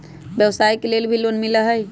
व्यवसाय के लेल भी लोन मिलहई?